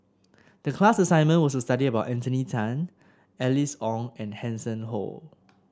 the class assignment was to study about Anthony Then Alice Ong and Hanson Ho